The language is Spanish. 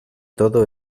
todo